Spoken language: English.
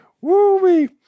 Woo-wee